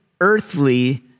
earthly